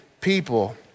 people